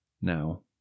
Now